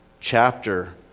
chapter